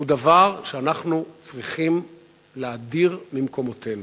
הוא דבר שאנחנו צריכים להדיר ממקומותינו.